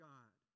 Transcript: God